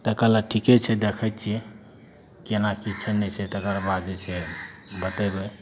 तऽ कहलक ठीके छै देखय छियै केना की छै नहि छै तकर बाद जे छै बतेबय